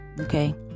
okay